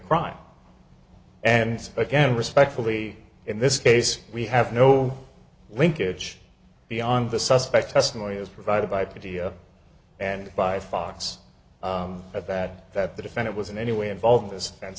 crime and again respectfully in this case we have no linkage beyond the suspect testimony as provided by pedia and by fox at that that the defendant was in any way involved in this sense